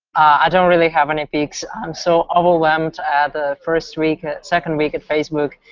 i don't really have any picks. i'm so overwhelmed ah the first week, second week of facebook,